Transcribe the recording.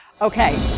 Okay